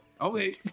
Okay